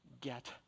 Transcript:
get